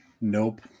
Nope